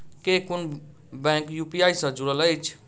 केँ कुन bank UPI सँ जुड़ल अछि?